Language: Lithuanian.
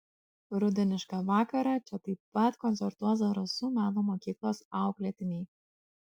rudenišką vakarą čia taip pat koncertuos zarasų meno mokyklos auklėtiniai